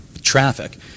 traffic